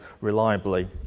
reliably